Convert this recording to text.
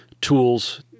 tools